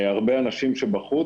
הרבה אנשים שהם בחוץ,